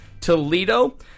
Toledo